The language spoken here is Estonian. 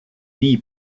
nii